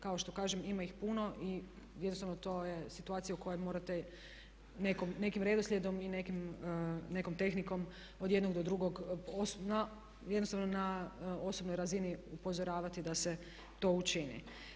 Kao što kažem ima ih puno i jednostavno to je situacija u kojoj morate nekim redoslijedom i nekom tehnikom od jednog do drugog jednostavno na osobnoj razini upozoravati da se to učini.